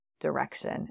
direction